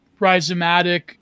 rhizomatic